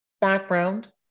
background